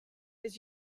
was